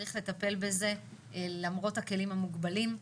שצריך לטפל בזה, למרות הכלים המוגבלים.